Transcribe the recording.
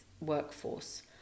workforce